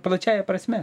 plačiąja prasme